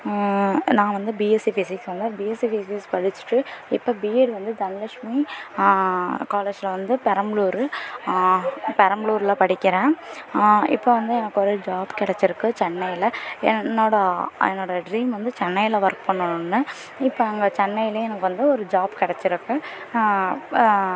நான் வந்து BSc physics வந்தேன் பிஎஸ்சி பிசிக்ஸ் படிச்சுட்டு இப்போ பிஎட் வந்து தனலஷ்மி காலேஜ்ஜில் வந்து பெரம்பலூர் பெரம்பலூரில் படிக்கிறேன் இப்போ வந்து எனக்கு ஒரு ஜாப் கிடச்சிருக்கு சென்னையில் என்னோட ஆ என்னோட ட்ரீம் வந்து சென்னையில் வொர்க் பண்ணணும்னு இப்போ சென்னையிலே எனக்கு வந்து ஜாப் கிடச்சிருக்கு சேலரியும் எனக்கு கம்